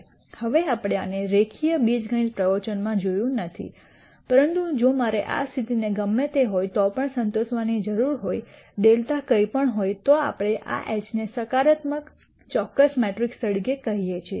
હવે આપણે આને રેખીય બીજગણિત પ્રવચનોમાં જોયું નથી પરંતુ જો મારે આ સ્થિતિને ગમે તે હોય તો પણ સંતોષવાની જરૂર હોય δ કંઈ પણ હોય તો આપણે આ એચને સકારાત્મક ચોક્કસ મેટ્રિક્સ તરીકે કહીએ છીએ